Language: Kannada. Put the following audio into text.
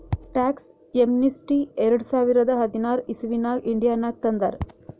ಟ್ಯಾಕ್ಸ್ ಯೇಮ್ನಿಸ್ಟಿ ಎರಡ ಸಾವಿರದ ಹದಿನಾರ್ ಇಸವಿನಾಗ್ ಇಂಡಿಯಾನಾಗ್ ತಂದಾರ್